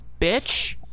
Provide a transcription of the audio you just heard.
bitch